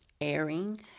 airing